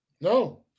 No